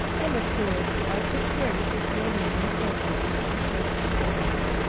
and of course i took care to keep lilian informed of each successive failure.